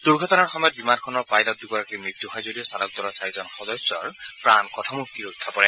দুৰ্ঘটনাৰ সময়ত বিমানখনৰ পাইলট দুগৰাকীৰ মৃত্যু হয় যদিও চালক দলৰ চাৰিজন সদস্যৰ প্ৰাণ কথমপি ৰক্ষা পৰে